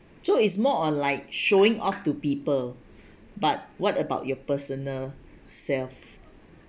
so is more on like showing off to people but what about your personal self